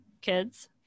kids